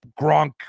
Gronk